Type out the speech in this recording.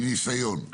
מניסיון,